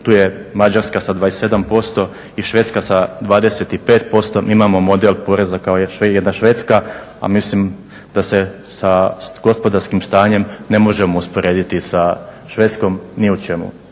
Tu je Mađarska sa 27% i Švedska sa 25%. Mi imamo model poreza kao jedna Švedska, a mislim da se sa gospodarskim stanjem ne možemo usporediti sa Švedskom ni u čemu.